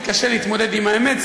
מתקשה להתמודד עם האמת,